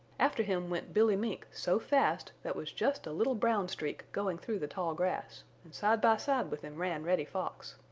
after him went billy mink so fast that was just a little brown streak going through the tall grass, and side by side with him ran reddy fox.